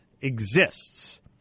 exists